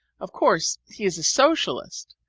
of course he is a socialist,